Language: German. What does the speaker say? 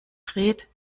dreht